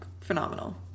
phenomenal